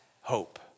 hope